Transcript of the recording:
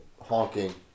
honking